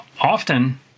often